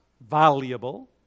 valuable